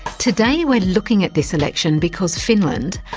today we're looking at this election because finland,